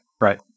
Right